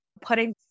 putting